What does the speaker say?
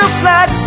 flat